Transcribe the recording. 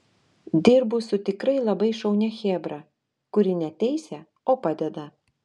dirbu su tikrai labai šaunia chebra kuri ne teisia o padeda